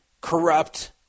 corrupt